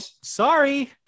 Sorry